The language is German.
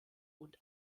und